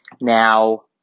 Now